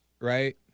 right